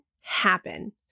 happen